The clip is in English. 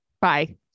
bye